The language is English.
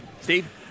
Steve